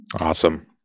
Awesome